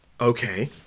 Okay